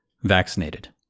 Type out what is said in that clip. vaccinated